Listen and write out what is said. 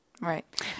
right